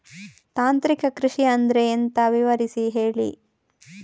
ತಾಂತ್ರಿಕ ಕೃಷಿ ಅಂದ್ರೆ ಎಂತ ವಿವರಿಸಿ ಹೇಳಿ